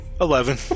Eleven